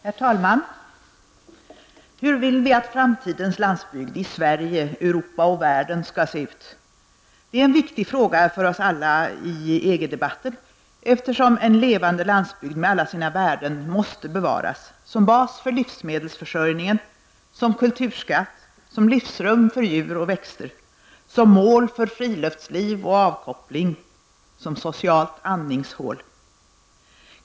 Herr talman! Hur vill vi att framtidens landsbygd i Sverige, Europa och världen skall se ut? Det är en viktig fråga för oss alla i EG-debatten, eftersom en levande landsbygd med alla sina värden måste bevaras -- som bas för livsmedelsförsörjningen, som kulturskatt, som livsrum för djur och växter, som mål för friluftsliv och avkoppling, som socialt andningshål.